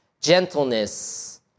gentleness